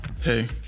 Hey